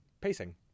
Pacing